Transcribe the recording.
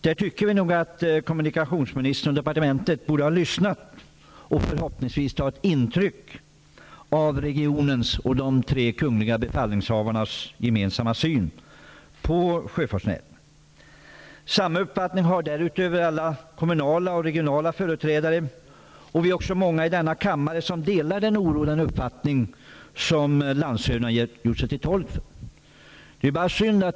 Vi tycker att kommunikationsministern borde ha lyssnat och tagit intryck av regionens och de tre kungliga befallningshavarnas gemensamma syn på sjöfartsnäringen. Samma uppfattning har därutöver alla kommunala och regionala företrädare, och vi är också många i denna kammare som delar den oro och den uppfattning som landshövdingarna har gjort sig till tolk för.